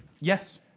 Yes